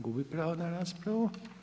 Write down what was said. Gubi pravo na raspravu.